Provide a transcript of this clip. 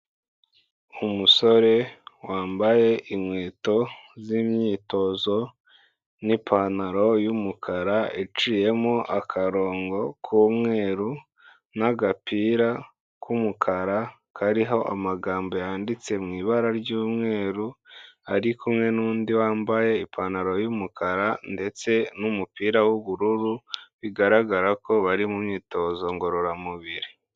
Umusore wambaye inkweto z'imyitozo n'ipantaro y'umukara iciyemo akarongo k'umweru n'agapira k'umukara kariho amagambo yanditse mu ibara ry'umweru arikumwe n'undi wambaye ipantaro y'umukara ndetse n'umupira w'ubururu, bigaragara ko bari mu myitozo ngororamubiri.